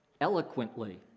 eloquently